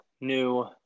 new